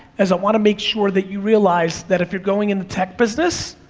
is i wanna make sure that you realize that if you're going in the tech business,